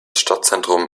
stadtzentrum